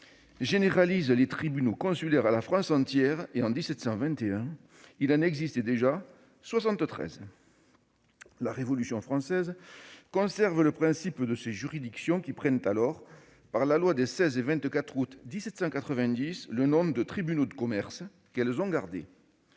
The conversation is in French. généralisé les tribunaux consulaires à la France entière et, en 1721, il en existait déjà 73. La Révolution française a conservé le principe de ces juridictions, qui prirent, par la loi des 16 et 24 août 1790, le nom des tribunaux de commerce, qu'elles ont gardé.